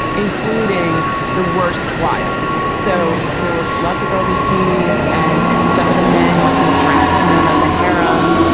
including the worst wiles so there were lots of girls in bikinis and some of the men were kind of drafting them as a hair. um